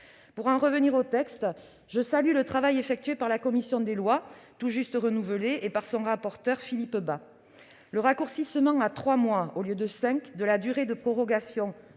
Pour en revenir au texte, je salue le travail effectué par la commission des lois tout juste renouvelée et par son rapporteur, Philippe Bas. Le raccourcissement à trois mois, au lieu de cinq, de la durée de prorogation